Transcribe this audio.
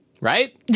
Right